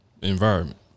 Environment